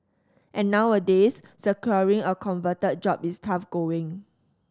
and nowadays securing a coveted job is tough going